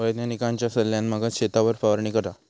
वैज्ञानिकांच्या सल्ल्यान मगच शेतावर फवारणी करा